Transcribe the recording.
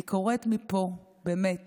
אני קוראת מפה באמת